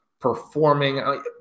performing